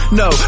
no